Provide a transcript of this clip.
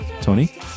Tony